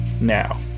now